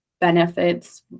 benefits